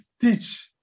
teach